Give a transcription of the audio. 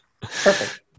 Perfect